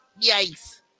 Yikes